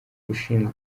ushinzwe